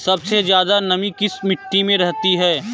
सबसे ज्यादा नमी किस मिट्टी में रहती है?